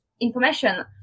information